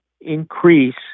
increase